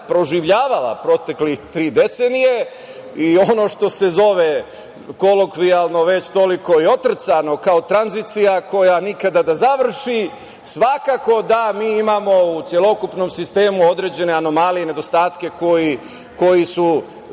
proživljavala proteklih tri decenije i ono što se zove kolokvijalno već toliko i otrcano kao tranzicija, koja nikad da se završi, svakako da mi imamo u celokupnom sistemu određene anomalije, nedostatke, koji su